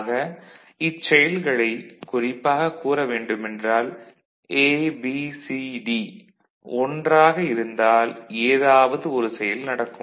ஆக இச்செயல்களை குறிப்பாக கூற வேண்டுமென்றால் A B C D 1 ஆக இருந்தால் ஏதாவது ஒரு செயல் நடக்கும்